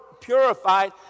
purified